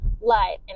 light